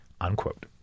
unquote